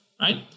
Right